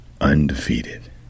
undefeated